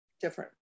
different